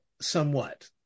somewhat